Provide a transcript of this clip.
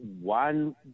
one